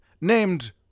named